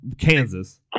Kansas